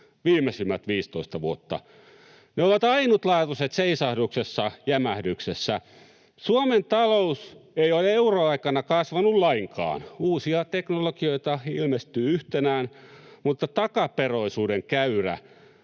viimeisimmät 15 vuotta? Ne ovat ainutlaatuiset seisahduksessa ja jämähdyksessä. Suomen talous ei ole euroaikana kasvanut lainkaan. Uusia teknologioita ilmestyy yhtenään, mutta takaperoisuuden käyrä